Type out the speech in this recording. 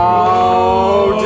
oh